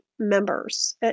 members